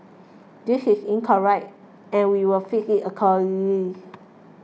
this is incorrect and we will fixed it accordingly